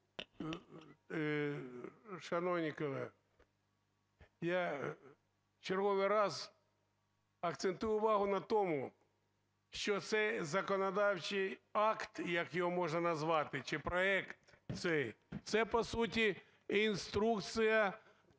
я в черговий раз акцентую увагу на тому, що цей законодавчий акт, як його можна назвати, чи проект цей, це по суті інструкція